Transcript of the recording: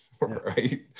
right